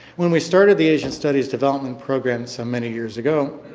when we started the asian studies development program some many years ago,